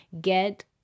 get